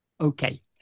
Okay